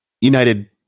United